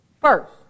first